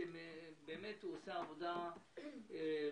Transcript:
שהוא באמת עושה עבודה רצינית,